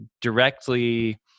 directly